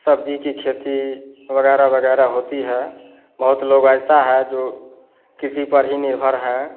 सब्ज़ी की खेती वगैरह वगैरह होती है बहुत लोग ऐसा है जो कृषि पर ही निर्भर है